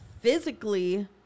Physically